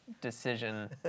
decision